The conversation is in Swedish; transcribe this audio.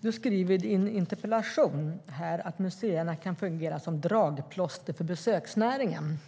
Du skriver i din interpellation att museerna kan fungera som dragplåster för besöksnäringen.